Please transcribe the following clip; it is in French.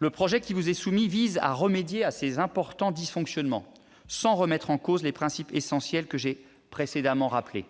messieurs les sénateurs, vise à remédier à ces importants dysfonctionnements, sans remettre en cause les principes essentiels que j'ai précédemment rappelés.